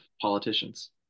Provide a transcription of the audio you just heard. politicians